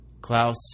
Klaus